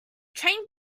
train